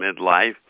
midlife